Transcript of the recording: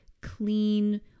clean